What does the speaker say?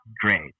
great